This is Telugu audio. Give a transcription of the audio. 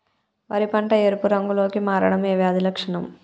వరి పంట ఎరుపు రంగు లో కి మారడం ఏ వ్యాధి లక్షణం?